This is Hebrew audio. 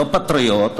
לא פטריוט,